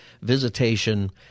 visitation